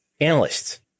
Analysts